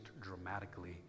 dramatically